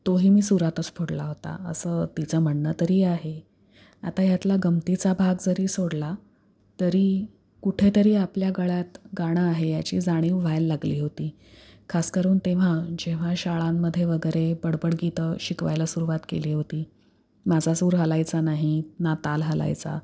तोही मी सुरातच फोडला होता असं तिचं म्हणणं तरी आहे आता ह्यातला गमतीचा भाग जरी सोडला तरी कुठेतरी आपल्या गळ्यात गाणं आहे याची जाणीव व्हायला लागली होती खासकरून तेव्हा जेव्हा शाळांमध्ये वगैरे बडबड गीतं शिकवायला सुरवात केली होती माझा सूर हालायचा नाही ना ताल हालायचा